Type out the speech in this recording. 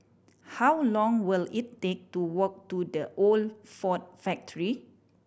how long will it take to walk to The Old Ford Factory